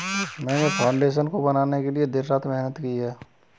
मैंने फाउंडेशन को बनाने के लिए दिन रात मेहनत की है